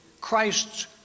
Christ's